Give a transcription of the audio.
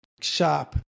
shop